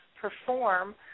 perform